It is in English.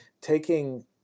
taking